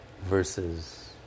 Versus